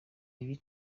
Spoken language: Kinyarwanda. bibi